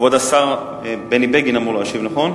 כבוד השר בני בגין אמור להשיב.